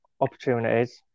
opportunities